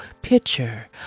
picture